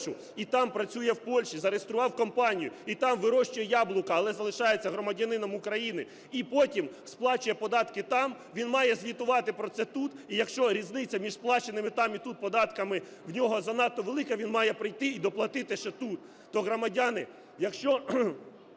і там працює в Польщі, зареєстрував компанію, і там вирощує яблука, але залишається громадянином України і потім сплачує податки там, він має звітувати про це тут. І якщо різниця між сплаченими там і тут податками в нього занадто велика, він має прийти і доплатити ще тут.